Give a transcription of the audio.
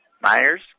Myers